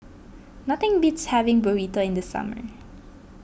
nothing beats having Burrito in the summer